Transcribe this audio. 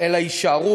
אלא יישארו,